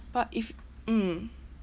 but if mm